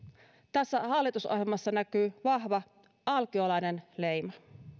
tässä hallitusohjelmassa näkyy vahva alkiolainen leima